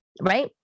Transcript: right